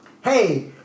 Hey